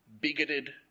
bigoted